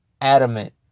adamant